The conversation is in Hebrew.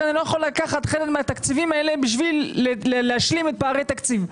אני לא יכול לקחת חלק מהתקציבים האלה בשביל להשלים את פערי התקציב.